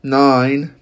nine